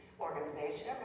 organization